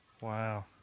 Wow